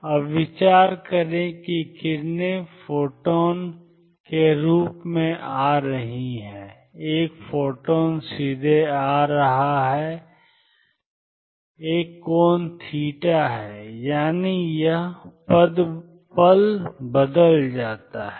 अब विचार करें कि किरणें फोटॉन के रूप में आ रही हैं एक फोटॉन सीधे आ रहा है कि एक कोण यानी यह पल बदल जाता है